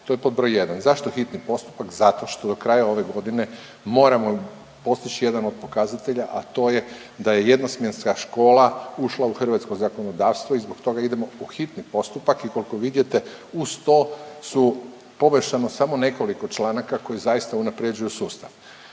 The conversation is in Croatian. To je pod broj jedan. Zašto hitni postupak? Zato što do kraja ove godine moramo postići jedan od pokazatelja, a to je da je jednosmjenska škola ušla u hrvatsko zakonodavstvo i zbog toga idemo u hitni postupak i koliko vidite uz to su poboljšano samo nekoliko članaka koji zaista unaprjeđuju sustav.